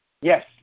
Yes